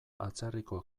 atzerriko